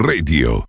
Radio